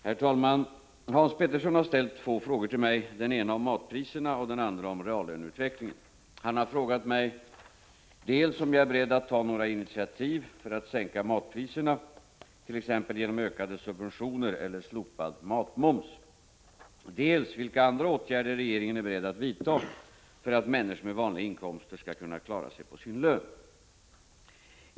Herr talman! Hans Petersson i Hallstahammar har ställt två frågor till mig, den ena om matpriserna och den andra om reallöneutvecklingen. Han har frågat mig dels om jag är beredd att ta några initiativ för att sänka matpriserna, t.ex. genom ökade subventioner eller slopad matmoms, dels vilka andra åtgärder regeringen är beredd att vidta för att människor med vanliga inkomster skall kunna klara sig på sin lön.